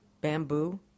Bamboo